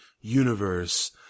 universe